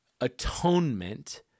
atonement